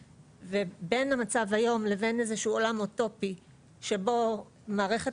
בין המצב היום לבין איזשהו עולם אוטופי שבו מערכת